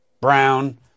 brown